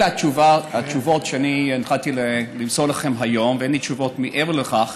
אלה התשובות שהונחיתי למסור לכם היום ואין לי תשובות מעבר לכך,